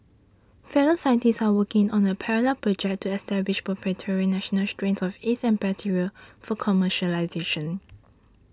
fellow scientists are working on a parallel project to establish proprietary national strains of yeast and bacteria for commercialisation